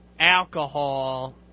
alcohol